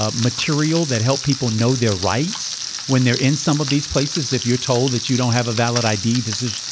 ah material that help people know their rights when they're in some of these places. if you're told that you don't have a valid i d. decision,